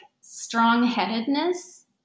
strong-headedness